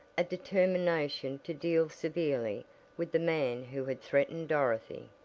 a determination to deal severely with the man who had threatened dorothy.